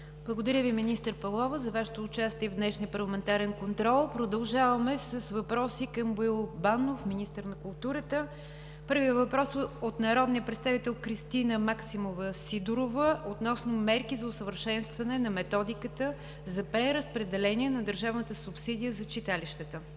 Благодаря Ви, министър Павлова, за Вашето участие в днешния парламентарен контрол. Продължаваме с въпроси към Боил Банов – министър на културата. Първият въпрос е от народния представител Кристина Максимова Сидорова относно мерки за усъвършенстване на Методиката за преразпределение на държавната субсидия за читалищата.